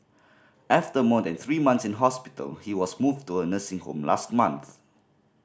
after more than three month in hospital he was moved to a nursing home last month